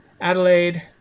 Adelaide